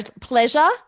pleasure